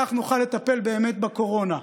כך נוכל לטפל באמת בקורונה.